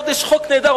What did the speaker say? יש חוק נהדר,